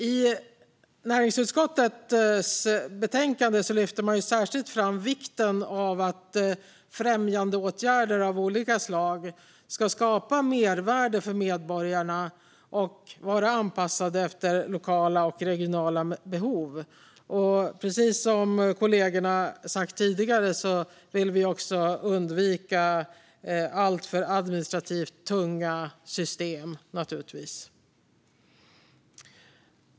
I näringsutskottets betänkande lyfter man särskilt fram vikten av att främjandeåtgärder av olika slag ska skapa mervärde för medborgarna och vara anpassade efter lokala och regionala behov. Precis som mina utskottskollegor har sagt här tidigare vill vi också undvika alltför administrativt tunga system, naturligtvis.